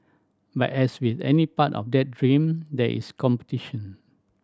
but as with any part of that dream there is competition